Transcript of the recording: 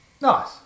Nice